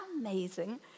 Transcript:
amazing